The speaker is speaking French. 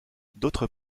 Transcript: d’autre